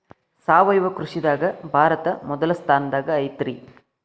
ಸಾವಯವ ಕೃಷಿದಾಗ ಭಾರತ ಮೊದಲ ಸ್ಥಾನದಾಗ ಐತ್ರಿ